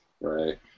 Right